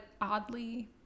oddly